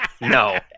No